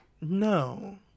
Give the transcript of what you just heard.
No